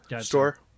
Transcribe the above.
store